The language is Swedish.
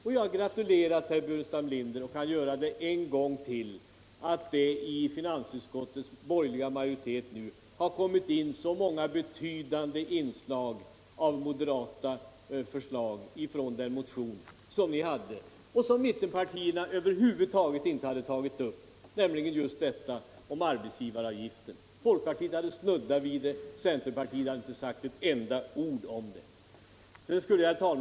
Jag har gratulerat herr Burenstam Linder och kan göra det en gång till med anledning av att det i finansutskottets borgerliga majoritet nu har kommit in så många betydande inslag av moderata förslag från den motion som ni hade väckt och som mittenpartierna över huvud taget inte hade tagit upp, nämligen just detta om bl.a. arbetsgivaravgiften. Folkpartiet hade snuddat vid det, centerpartiet hade inte sagt ett enda ord om det.